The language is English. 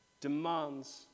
demands